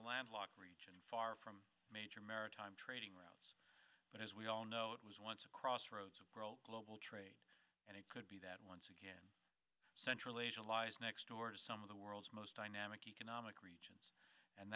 landlocked region far from major maritime trading routes but as we all know it was once a crossroads for all global trade and it could be that once again central asia lies next door to some of the world's most dynamic economic regions and